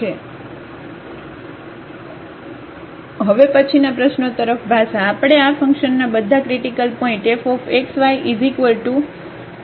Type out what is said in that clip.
તેથી હવે હવે પછીની પ્રશ્નો તરફ ભાષા આપણે આ ફંક્શનના બધા critical point fxyx2 y2e x2 y22 જોશું